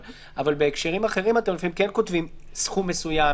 אבל בהקשרים אחרים אתם לפעמים כותבים סכום מסוים,